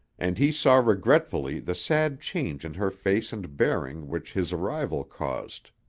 and he saw regretfully the sad change in her face and bearing which his arrival caused.